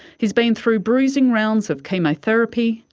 he's been through bruising rounds of chemotherapy,